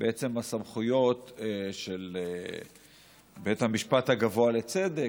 בעצם הסמכויות של בית המשפט הגבוה לצדק,